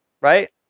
right